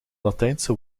latijnse